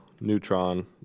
neutron